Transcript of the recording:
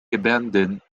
abundant